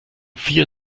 vier